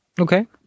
Okay